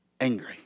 angry